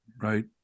Right